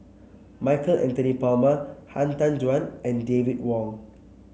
Michael Anthony Palmer Han Tan Juan and David Wong